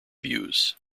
views